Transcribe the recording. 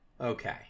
Okay